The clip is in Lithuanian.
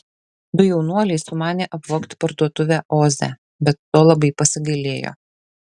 du jaunuoliai sumanė apvogti parduotuvę oze bet to labai pasigailėjo